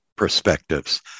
perspectives